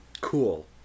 cool